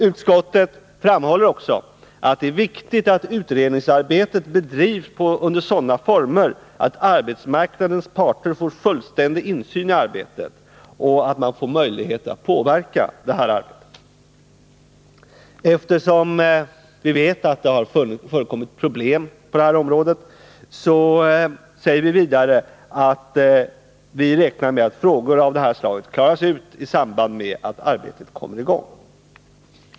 Utskottet framhåller också att det är viktigt att utredningsarbetet bedrivs under sådana former att arbetsmarknadens parter får fullständig insyn i arbetet och får möjlighet att påverka detta. Eftersom vi vet att det har förekommit problem på detta område, säger vi vidare att vi räknar med att frågor av detta slag klaras ut i samband med att arbetet kommer i gång.